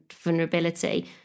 vulnerability